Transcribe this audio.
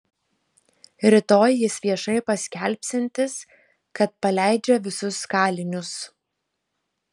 rytoj jis viešai paskelbsiantis kad paleidžia visus kalinius